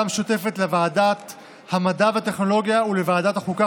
משותפת לוועדת המדע והטכנולוגיה ולוועדת החוקה,